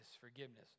forgiveness